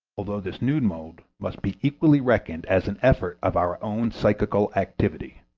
although this new mode must be equally reckoned as an effort of our own psychical activity.